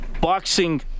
boxing